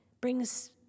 Brings